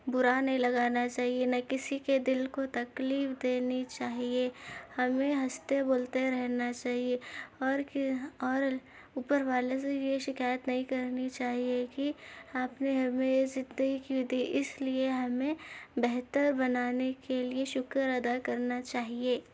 برا نہیں لگانا چاہیے نہ کسی کے دل کو تکلیف دینی چاہیے ہمیں ہنستے بولتے رہنا چاہیے اور اور اوپر والے سے یہ شکایت نہیں کرنی چاہیے کہ آپ نے ہمیں یہ زندگی کیوں دی اس لیے ہمیں بہتر بنانے کے لیے شکر ادا کرنا چاہیے